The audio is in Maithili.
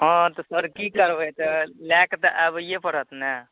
हाँ तऽ सर की करबै तऽ लैकऽ तऽ आबैए पड़त ने